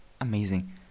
amazing